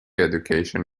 education